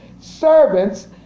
servants